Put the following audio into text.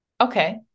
Okay